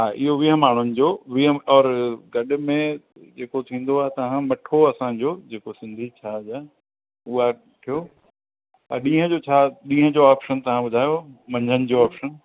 हा इहो वीह माण्हुनि जो वीह और गॾ में जेको थींदो आहे तव्हां मिठो असांजो जेको सिंधी छाजे आहे उहा कयो ॾींहं जो छा ॾींहं जो ऑप्शन तव्हां ॿुधायो मंझंदि जो ऑप्शन